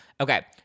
okay